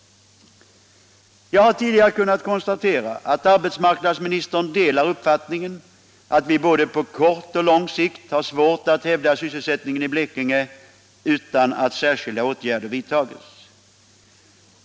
Jag har tidigare kunnat konstatera att arbetsmarknadsministern delar uppfattningen att vi på både kort och lång sikt har svårt att hävda sysselsättningen i Blekinge utan att särskilda åtgärder vidtas.